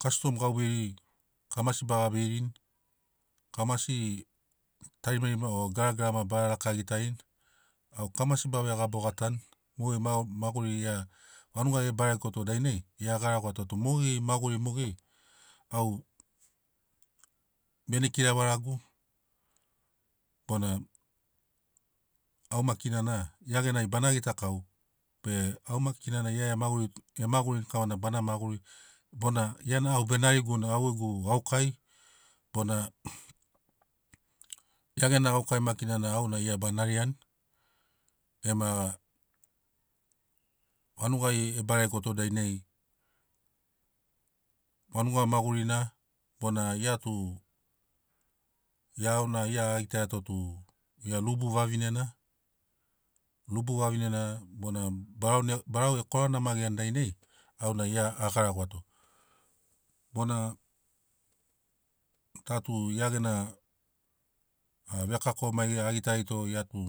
Kastom gaveiri kamasi baga veirini kamasi tarimarima o garagarama baga rakagitarini au kamasi ba vegabogatani mogeri ma- maguriri gia vanugai e baregoto dainai gia a garagoato tu mogeri maguri mogeri au bene kiravaragu bona au makina na gia genai bana gitakau be au makina na ia e magurini e magurini kavana bana maguri bona gia au be nariguni au gegu gaukai bona gia gena gaukai makina na auna gia ba nariani ema vanugai e barego dainai vanuga magurina bona gia tu gia auna gia a gitaiato tu ia rubu vavinena rubu vavinena bona barau na barau e korana magiani dainai au a gia a garagoato. Bona ta tu gia gena vekako maiga a a gitaiato tu